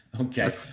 Okay